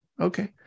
Okay